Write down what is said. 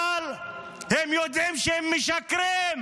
אבל הם יודעים שהם משקרים,